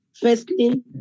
Firstly